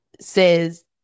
says